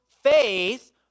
faith